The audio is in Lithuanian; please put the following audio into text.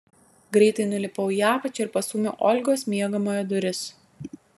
greitai nulipau į apačią ir pastūmiau olgos miegamojo duris